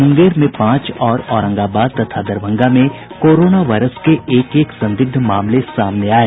मुंगेर में पांच और औरंगाबाद तथा दरभंगा में कोरोना वायरस के एक एक संदिग्ध मामले सामने आये